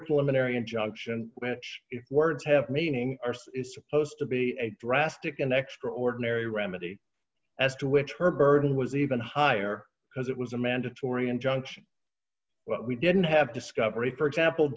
pulmonary injunction which words have meaning is supposed to be a drastic and extraordinary remedy as to which her burden was even higher because it was a mandatory injunction we didn't have discovery for example